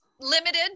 limited